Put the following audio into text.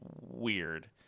weird